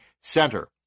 center